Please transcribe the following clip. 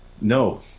No